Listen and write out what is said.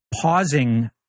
pausing